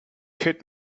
kid